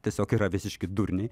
tiesiog yra visiški durniai